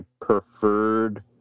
preferred